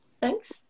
thanks